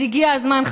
אז הגיע הזמן,